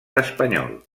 espanyol